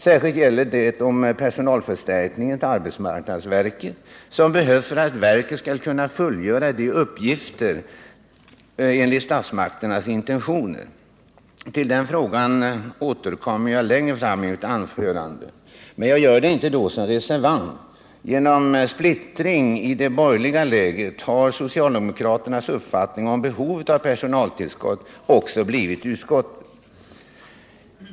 Särskilt gäller det om den personalförstärkning till arbetsmarknadsverket som behövs för att verket skall kunna fullgöra sina uppgifter enligt statsmakternas intentioner. Till den frågan återkommer jag längre fram i mitt anförande. Jag gör det då inte som reservant. Genom splittring i det borgerliga lägret har socialdemokraternas uppfattning om behovet av personaltillskott också blivit utskottets.